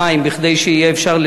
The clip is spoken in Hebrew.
כאשר הכנסת נדרשת לקיים בחירות חשאיות,